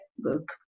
look